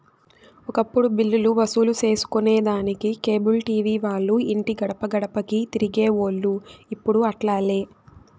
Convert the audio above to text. ఒకప్పుడు బిల్లులు వసూలు సేసుకొనేదానికి కేబుల్ టీవీ వాల్లు ఇంటి గడపగడపకీ తిరిగేవోల్లు, ఇప్పుడు అట్లాలే